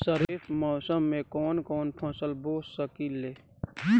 खरिफ मौसम में कवन कवन फसल बो सकि ले?